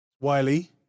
Wiley